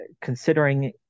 considering